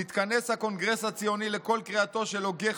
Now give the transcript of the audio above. נתכנס הקונגרס הציוני לקול קריאתו של הוגה